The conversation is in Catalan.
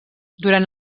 durant